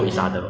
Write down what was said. !wah! 真的 ah